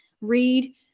read